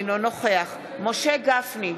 אינו נוכח משה גפני,